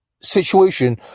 situation